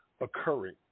occurring